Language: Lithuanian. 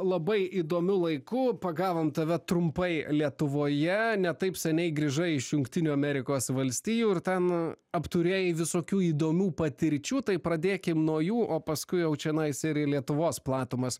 labai įdomiu laiku pagavom tave trumpai lietuvoje ne taip seniai grįžai iš jungtinių amerikos valstijų ir ten apturėjai visokių įdomių patirčių tai pradėkim nuo jų o paskui jau čionais ir į lietuvos platumas